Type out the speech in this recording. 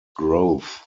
growth